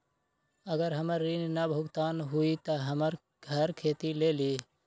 अगर हमर ऋण न भुगतान हुई त हमर घर खेती लेली?